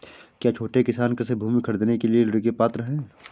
क्या छोटे किसान कृषि भूमि खरीदने के लिए ऋण के पात्र हैं?